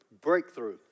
breakthrough